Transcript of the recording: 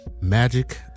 Magic